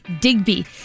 Digby